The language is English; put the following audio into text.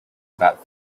about